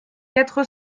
quatre